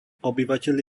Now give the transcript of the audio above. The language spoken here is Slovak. obyvateľ